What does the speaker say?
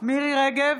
מירי מרים רגב,